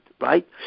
right